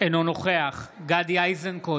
אינו נוכח גדי איזנקוט,